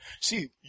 see